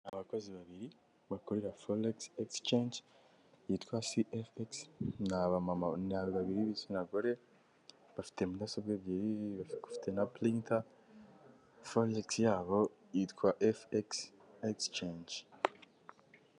Abakozi babiri bakorera foregisi egisicanje, yitwa si egisi ni abamama ni babiri b'ibitsina gore bafite mudasobwa ebyiri bafite na pirinta foregisi yabo yitwa efu egisicenje.